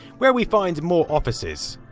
where we find more offices.